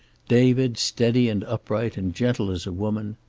david, steady and upright and gentle as a woman.